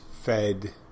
fed